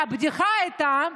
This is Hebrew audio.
והבדיחה הייתה,